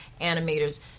animators